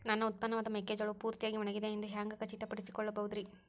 ನನ್ನ ಉತ್ಪನ್ನವಾದ ಮೆಕ್ಕೆಜೋಳವು ಪೂರ್ತಿಯಾಗಿ ಒಣಗಿದೆ ಎಂದು ಹ್ಯಾಂಗ ಖಚಿತ ಪಡಿಸಿಕೊಳ್ಳಬಹುದರೇ?